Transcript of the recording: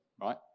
right